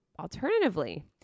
alternatively